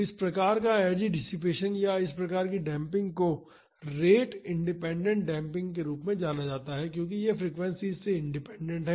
तो इस प्रकार का एनर्जी डिसिपेसन या इस प्रकार की डेम्पिंग को रेट इंडिपेंडेंट डेम्पिंग के रूप में जाना जाता है क्योंकि यह फ्रीक्वेंसीज़ से इंडिपेंडेंट है